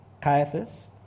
Caiaphas